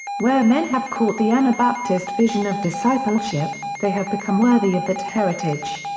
where men have caught the anabaptist vision of discipleship, they have become worthy of that heritage.